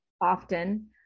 often